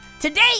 Today